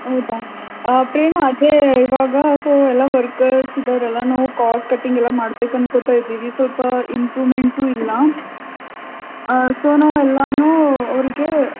ಹೌದಾ ಪ್ರೇರಣ ಅದೆ ಇವಾಗ ಸೊ ಎಲ್ಲ ವರ್ಕರ್ಸ್ ಇದಾರಲ್ಲ ನಾವು ಕಾಸ್ಟ್ ಕಟಿಂಗ್ ಎಲ್ಲ ಮಾಡ್ಬೇಕು ಅಂದ್ಕೋತಾ ಇದ್ದೀವಿ ಸ್ವಲ್ಪ ಇಂಪ್ರೂವ್ಮೆಂಟು ಇಲ್ಲ ಸೊ ನಾವೆಲ್ಲಾರು ಅವರಿಗೆ